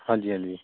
ਹਾਂਜੀ ਹਾਂਜੀ